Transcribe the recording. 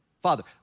Father